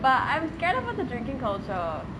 but I'm scared about the drinking culture